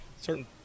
certain